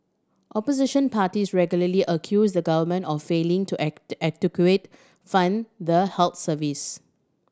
opposition parties regularly accuse the government of failing to adequate fund the health service